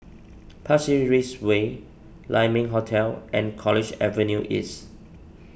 Pasir Ris Way Lai Ming Hotel and College Avenue East